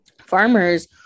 farmers